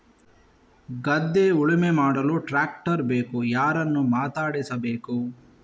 ಗದ್ಧೆ ಉಳುಮೆ ಮಾಡಲು ಟ್ರ್ಯಾಕ್ಟರ್ ಬೇಕು ಯಾರನ್ನು ಮಾತಾಡಿಸಬೇಕು?